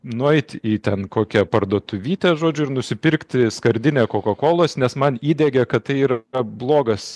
nueiti į ten kokią parduotuvytę žodžiu ir nusipirkti skardinę kokakolos nes man įdiegė kad tai ir blogas